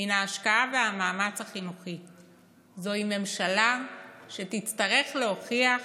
מן ההשקעה והמאמץ החינוכי"; "זוהי ממשלה שתצטרך להוכיח